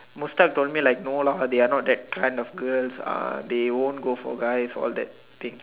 Mustad told me like no lah they are not that kind of girls uh they won't for guys all that thing